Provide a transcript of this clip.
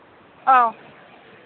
ꯑꯧ